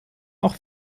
auch